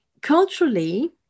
Culturally